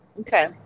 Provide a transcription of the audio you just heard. Okay